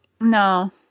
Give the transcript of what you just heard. No